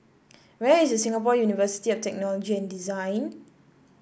where is Singapore University of Technology and Design